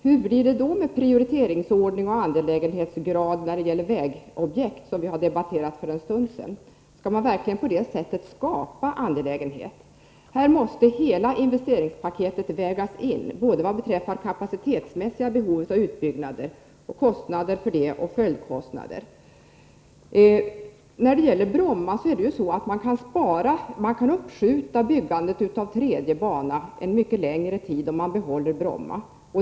Hur blir det med prioriteringsordning och angelägenhetsgrad när det gäller vägobjekt, som vi har debatterat för en stund sedan? Skall man verkligen på detta sätt skapa angelägenhet? Här måste hela investeringspaketet vägas in vad beträffar både det kapacitetsmässiga behovet av utbyggnader och kostnader för det, och följdkostnader. När det gäller Bromma kan man ju uppskjuta byggandet av en tredje bana under mycket längre tid om man behåller Bromma.